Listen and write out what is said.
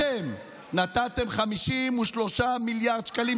אתם נתתם 53 מיליארד שקלים,